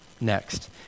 next